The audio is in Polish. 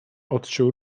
odciął